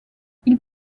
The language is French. ils